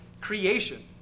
creation